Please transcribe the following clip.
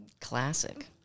Classic